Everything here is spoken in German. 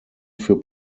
für